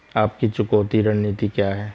आपकी चुकौती रणनीति क्या है?